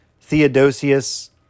Theodosius